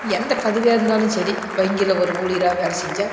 எந்த பதவியாக இருந்தாலும் சரி வங்கியில் ஒரு ஊழியராக வேலை செஞ்சால்